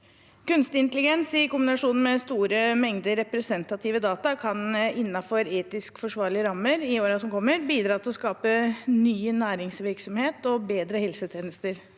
Kunstig intelligens i kombinasjon med store mengder representative data kan innenfor etisk forsvarlige rammer i årene som kommer, bidra til å skape ny næringsvirksomhet og bedre helsetjenester.